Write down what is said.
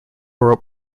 rope